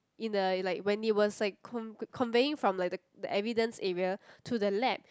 in the like when he was like conv~ conveying from like the the evidence area to the lab